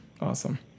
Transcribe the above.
Awesome